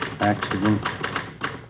Accident